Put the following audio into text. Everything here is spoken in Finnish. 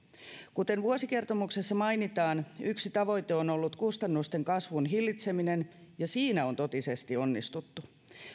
kuten vuosikertomuksessa mainitaan yksi tavoite on ollut kustannusten kasvun hillitseminen ja siinä on totisesti onnistuttu